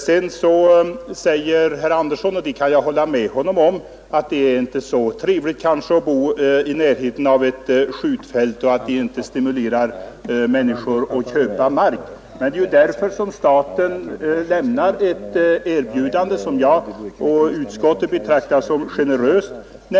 Sedan säger herr Andersson i Ljung, och det kan jag hålla med om, att det inte är så trevligt att bo i närheten av ett skjutfält och att människor inte stimuleras att köpa mark som har ett sådant läge. Det är också av den anledningen som staten lämnar det erbjudande som utskottet och jag betraktar som generöst.